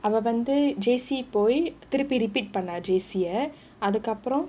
அவ வந்து:ava vanthu J_C boy திருப்பி:thiruppi repeat பண்ணா:pannaa J_C அதுக்கு அப்புறம்:athukku appuram